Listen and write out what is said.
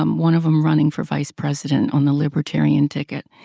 um one of them running for vice president on the libertarian ticket,